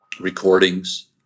recordings